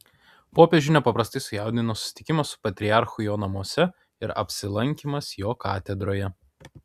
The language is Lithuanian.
popiežių nepaprastai sujaudino susitikimas su patriarchu jo namuose ir apsilankymas jo katedroje